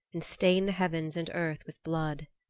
and stain the heavens and earth with blood.